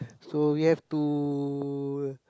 so you have to